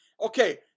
Okay